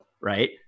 right